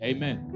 Amen